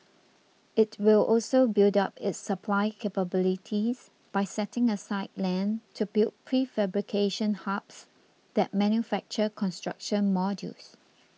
it will also build up its supply capabilities by setting aside land to build prefabrication hubs that manufacture construction modules